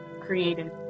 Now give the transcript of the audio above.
created